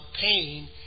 pain